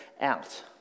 out